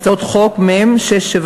הצעות חוק מ/677.